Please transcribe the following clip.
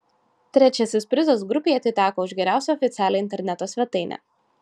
trečiasis prizas grupei atiteko už geriausią oficialią interneto svetainę